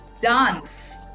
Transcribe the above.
dance